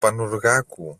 πανουργάκου